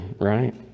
right